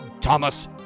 Thomas